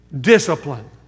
discipline